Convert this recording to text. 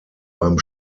beim